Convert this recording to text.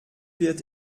wird